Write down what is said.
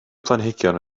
planhigion